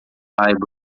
saiba